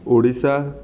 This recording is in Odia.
ଓଡ଼ିଶା